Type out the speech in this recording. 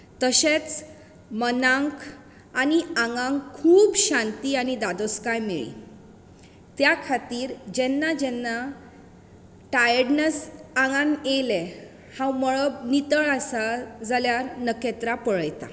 तशेंच मनाक आनी आंगाक खूब शांती आनी धोदोसकाय मेळ्ळी त्या खातीर जेन्ना जेन्ना थायर्डनस आंगांत येयलें हांव मळब नितळ आसा जाल्यार नखेत्रां पळयतां